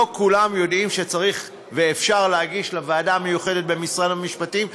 לא כולם יודעים שצריך ואפשר להגיש לוועדה המיוחדת במשרד המשפטים,